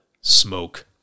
smoke